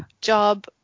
job